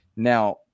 Now